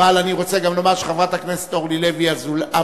אבל אני רוצה גם לומר שחברת הכנסת אורלי לוי אבקסיס,